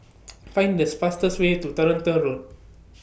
Find The This fastest Way to Toronto Road